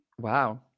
wow